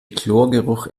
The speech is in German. chlorgeruch